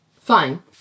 fine